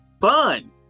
fun